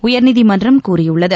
உயர்நீதிமன்றம் கூறியுள்ளது